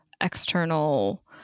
external